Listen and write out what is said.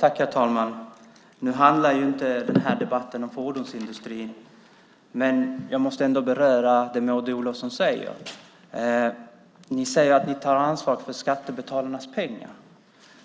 Herr talman! Nu handlar inte den här debatten om fordonsindustrin. Men jag måste ändå beröra det som Maud Olofsson säger. Ni säger att ni tar ansvar för skattebetalarnas pengar.